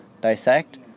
dissect